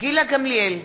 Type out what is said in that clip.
גילה גמליאל,